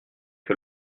que